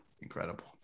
incredible